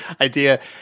idea